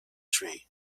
tree